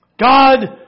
God